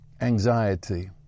anxiety